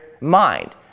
mind